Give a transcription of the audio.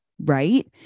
right